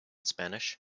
spanish